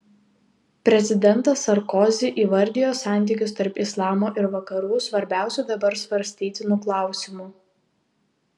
prezidentas sarkozi įvardijo santykius tarp islamo ir vakarų svarbiausiu dabar svarstytinu klausimu